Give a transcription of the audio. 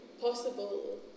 possible